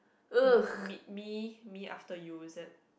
Meet Me Me After You is it